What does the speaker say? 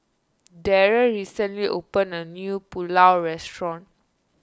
Darry recently opened a new Pulao Restaurant